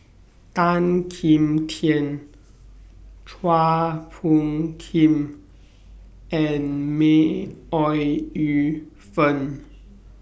Tan Kim Tian Chua Phung Kim and May Ooi Yu Fen